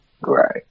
Right